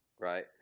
right